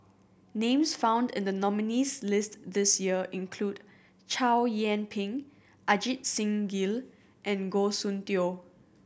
names found in the nominees' list this year include Chow Yian Ping Ajit Singh Gill and Goh Soon Tioe